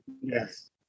yes